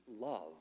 love